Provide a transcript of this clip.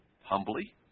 humbly